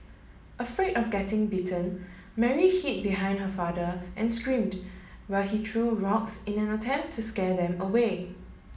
afraid of getting bitten Mary hid behind her father and screamed while he true rocks in an attempt to scare them away